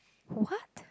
what